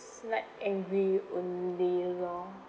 slight angry only loh